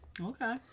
Okay